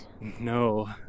No